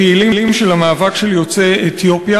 פעילים של המאבק של יוצאי אתיופיה.